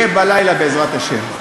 יהיה בלילה, בעזרת השם.